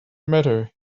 matter